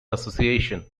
association